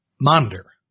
monitor